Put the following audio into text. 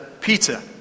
Peter